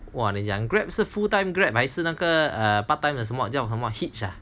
那你讲 Grab 是 full time Grab 还是那个 err part time 的